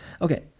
Okay